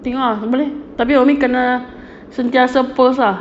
tengok lah boleh tapi umi kena sentiasa post ah